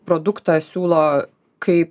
produktą siūlo kai